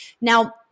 Now